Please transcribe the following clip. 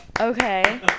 Okay